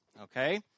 Okay